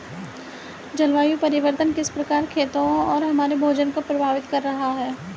जलवायु परिवर्तन किस प्रकार खेतों और हमारे भोजन को प्रभावित कर रहा है?